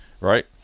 Right